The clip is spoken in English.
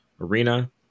arena